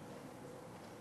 סעיפים 1